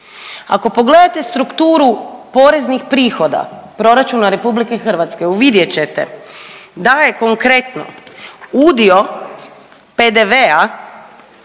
Ako pogledate strukturu poreznih prihoda proračuna RH vidjet ćete da je konkretno udio PDV-a